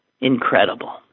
Incredible